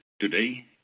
Today